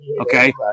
Okay